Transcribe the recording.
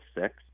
six